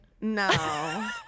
No